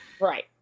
right